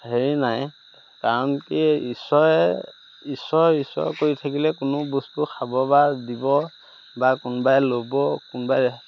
হেৰি নাই কাৰণ কি ঈশ্বৰে ঈশ্বৰ ঈশ্বৰ কৰি থাকিলে কোনো বস্তু খাব বা দিব বা কোনোবাই ল'ব কোনোবাই